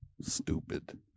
stupid